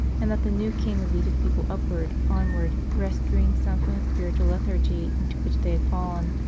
and that the new king would lead his people upward, onward, rescuing some from the spiritual lethargy into which they had fallen,